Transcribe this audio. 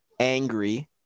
Angry